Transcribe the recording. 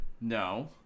No